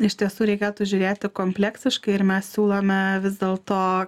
iš tiesų reikėtų žiūrėti kompleksiškai ir mes siūlome vis dėl to